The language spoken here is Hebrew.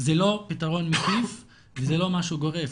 זה לא פתרון מקיף וזה לא משהו גורף,